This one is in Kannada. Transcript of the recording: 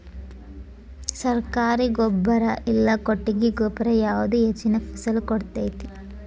ಸರ್ಕಾರಿ ಗೊಬ್ಬರ ಇಲ್ಲಾ ಕೊಟ್ಟಿಗೆ ಗೊಬ್ಬರ ಯಾವುದು ಹೆಚ್ಚಿನ ಫಸಲ್ ಕೊಡತೈತಿ?